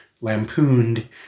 lampooned